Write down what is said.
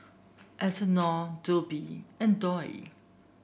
Eleonore Robley and Doyle